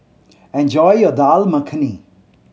enjoy your Dal Makhani